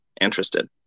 interested